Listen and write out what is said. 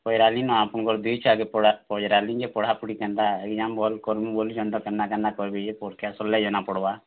ପହେଲା ଦିନ ଆପଣ୍ଙ୍କର୍ ଦୁହି ଛୁଆକେ ପଚ୍ରାଲି ରେ ପଢ଼ାପୁଢ଼ି କେନ୍ତା ଏକ୍ସାମ୍ ଭଲ୍ କର୍ମୁ ବୋଲିଛନ୍ ତ କେନ୍ତା କେନ୍ତା କର୍ବେ ଯେ ପରୀକ୍ଷା ସର୍ଲେ ଜନା ପଡ଼୍ବା